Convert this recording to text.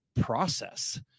process